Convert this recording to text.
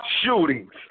shootings